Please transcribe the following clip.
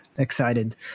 Excited